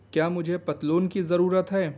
کیا مجھے پتلون کی ضرورت ہے